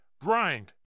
grind